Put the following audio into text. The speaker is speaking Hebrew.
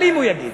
אבל אם הוא יגיד.